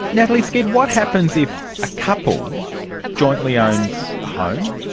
natalie skead, what happens if a couple jointly owns a home,